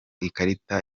ikarita